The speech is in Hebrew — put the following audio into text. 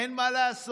אין מה לעשות,